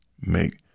make